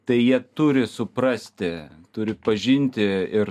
tai jie turi suprasti turi pažinti ir